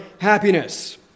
happiness